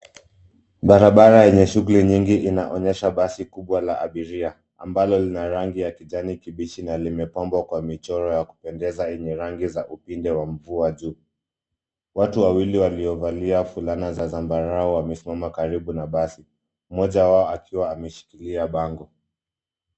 Barabara yenye shughuli nyingi inaonyesha basi kubwa la abiria amblo lina rangi ya kijani kibichi na limepambwa kwa michoro ya kupendeza yenye rangi za upinde wa mvua juu. Watu wawili waliovalia fulana za zambarau wamesimama karibu na basi, mmoja wao akiwa ameshikilia bango.